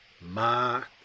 Mark